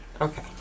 Okay